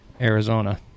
Arizona